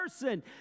person